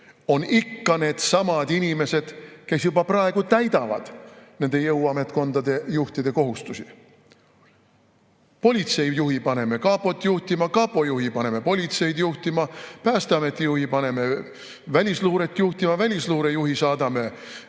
on ikka needsamad inimesed, kes juba praegu täidavad nende jõuametkondade juhtide kohustusi. Politsei juhi paneme kapot juhtima, kapo juhi paneme politseid juhtima, Päästeameti juhi paneme välisluuret juhtima, välisluure juhi saadame riigimetsa